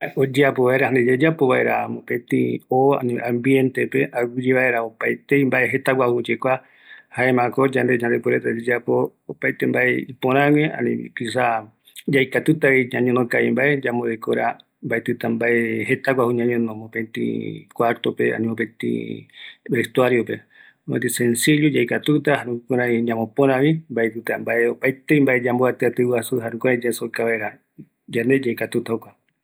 Yaikatuta ñañonovaera opaeta ñaporavaera jendarupi, aguiyeara yaboatɨiño. Mäepora jokoropi, jayaveko yepe mbovɨ mbae guinoi, erei ikaviyeye ta oyekua